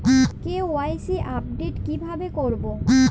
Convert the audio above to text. KYC update কিভাবে করবো?